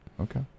Okay